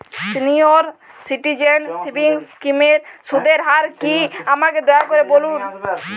senior citizen savings স্কিমের সুদের হার কী আমাকে দয়া করে বলুন